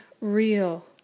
real